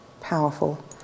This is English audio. powerful